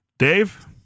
Dave